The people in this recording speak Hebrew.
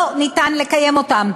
לא ניתן לקיים אותם,